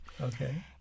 Okay